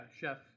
chef